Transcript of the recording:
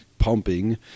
pumping